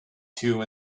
two